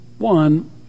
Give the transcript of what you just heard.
One